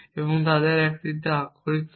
এবং তাদের একটিতে আক্ষরিক থাকে